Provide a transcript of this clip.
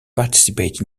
participate